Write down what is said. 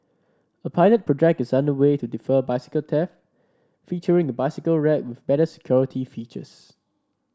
a pilot project is under way to defer bicycle theft featuring a bicycle rack with better security features